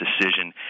decision